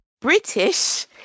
British